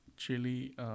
Chili